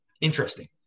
interesting